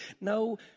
no